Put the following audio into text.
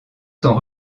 sont